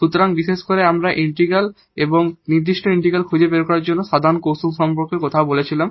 সুতরাং পার্টিকুলার করে আমরা পার্টিকুলার ইন্টিগ্রাল এবং পার্টিকুলার ইন্টিগ্রাল খুঁজে বের করার জন্য সমাধান কৌশল সম্পর্কে কথা বলছিলাম